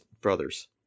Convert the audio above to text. Brothers